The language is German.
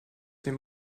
dem